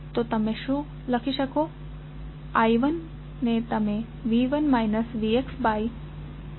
તો તમે I1 માટે શું લખી શકો છો